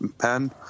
pen